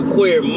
Queer